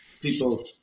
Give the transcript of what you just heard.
people